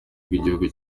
bw’igihugu